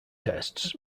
tests